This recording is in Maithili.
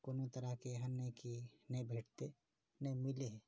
कोनो तरहके एहन नहि कि नहि भेटतै नहि मिलै हइ